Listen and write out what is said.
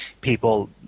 people